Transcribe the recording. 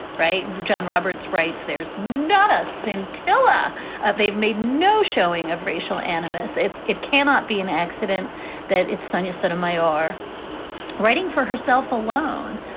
right. john roberts writes, there's not a scintilla of they've made no showing of racial animus. it cannot be an accident that it's sonia sotomayor writing for herself alone,